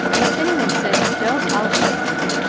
and if any one says you don't i'll shake him.